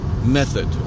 method